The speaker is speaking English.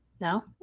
No